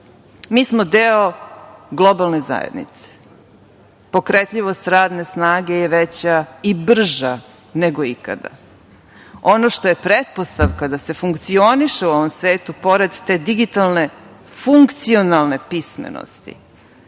Mi smo deo globalne zajednice. Pokretljivost radne snage je veća i brža nego ikada. Ono što je pretpostavka da se funkcioniše u ovom svetu, pored te digitalne funkcionalne pismenosti